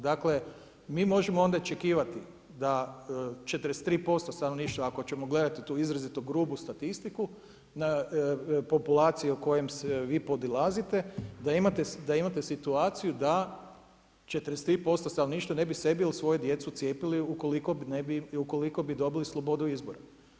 Dakle, mi možemo onda očekivati da 43% stanovništva ako ćemo gledati tu izrazito grubu statistiku da populacija o kojoj vi podilazite da imate situaciju da 43% stanovništva ne bi sebe ili svoju djecu cijepili ukoliko bi dobili slobodu izbora.